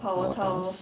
power tiles